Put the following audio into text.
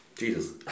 Jesus